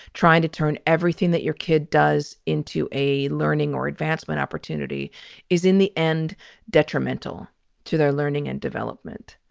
trying to turn everything that your kid does into a learning or advancement opportunity is in the end detrimental to their learning and development.